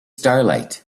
starlight